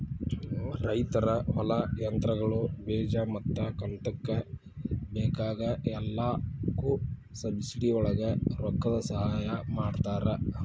ರೈತರ ಹೊಲಾ, ಯಂತ್ರಗಳು, ಬೇಜಾ ಮತ್ತ ಕಂತಕ್ಕ ಬೇಕಾಗ ಎಲ್ಲಾಕು ಸಬ್ಸಿಡಿವಳಗ ರೊಕ್ಕದ ಸಹಾಯ ಮಾಡತಾರ